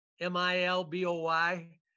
M-I-L-B-O-Y